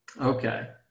Okay